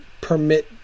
permit